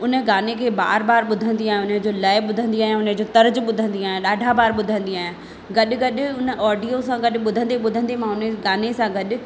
उन गाने खे बार बार ॿुधंदी आहियां उन जो लय ॿुधंदी आहियां उन जो तर्ज ॿुधंदी आहियां ॾाढा बार ॿुधंदी आहियां गॾु गॾु उन ऑडियो सां गॾु ॿुधंदे ॿुधंदे मां उन गाने सां गॾु